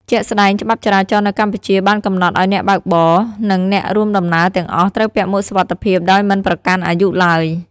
ជាក់ស្ដែង ច្បាប់ចរាចរណ៍នៅកម្ពុជាបានកំណត់ឱ្យអ្នកបើកបរ និងអ្នករួមដំណើរទាំងអស់ត្រូវពាក់មួកសុវត្ថិភាពដោយមិនប្រកាន់អាយុឡើយ។